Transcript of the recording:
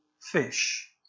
fish